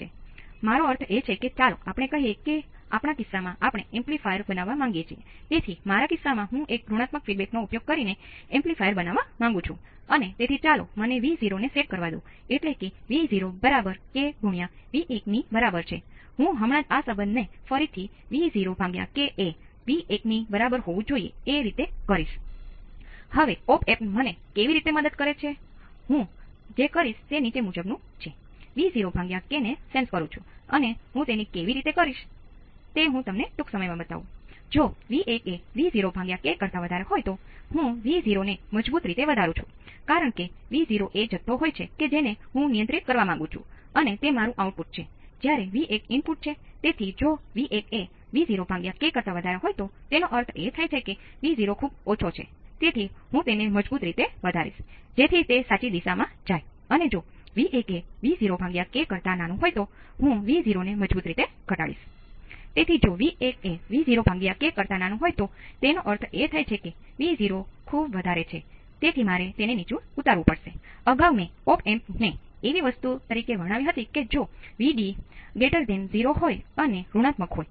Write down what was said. તેથી તેનો અર્થ એ છે કે આ તફાવત V1 V2 જાતે જ V1 અથવા V2 ની વિરુદ્ધ પસંદ કરે છે અને જો તમે આ બંને Vo1 - Vo2 વચ્ચેનો તફાવત લો છો તો તમે જોશો કે તે ફક્ત તફાવતના સપ્રમાણમાં હોય છે